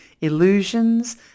illusions